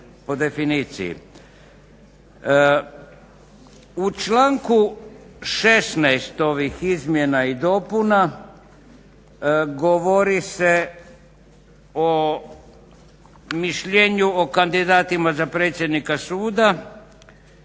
U članku 16. ovih izmjena i dopuna govori se o mišljenju o kandidatima za predsjednika suda